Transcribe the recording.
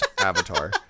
avatar